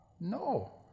No